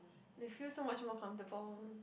they feel so much more comfortable